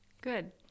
good